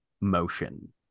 motion